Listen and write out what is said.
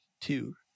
two